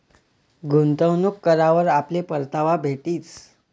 गुंतवणूक करावर आपले परतावा भेटीस